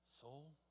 soul